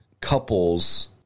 couples